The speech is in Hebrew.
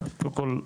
קודם כל,